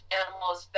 animals